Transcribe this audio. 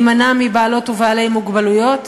יימנע מבעלי ובעלות מוגבלויות,